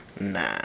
Nah